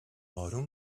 آروم